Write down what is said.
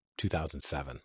2007